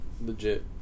legit